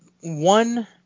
one